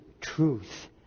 truth